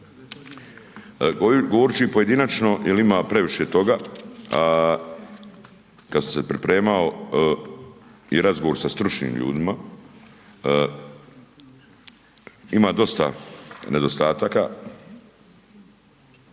Govoriti ću i pojedinačno, jer ima previše toga, a kada sam se pripremao i razgovor sa stručnim ljudima, ima dosta nedostataka,